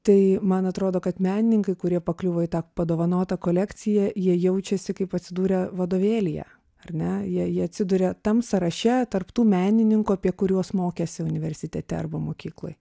tai man atrodo kad menininkai kurie pakliuvo į tą padovanotą kolekciją jie jaučiasi kaip atsidūrę vadovėlyje ar ne jie jie atsiduria tam sąraše tarp tų menininkų apie kuriuos mokėsi universitete arba mokykloj